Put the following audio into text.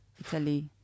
Italy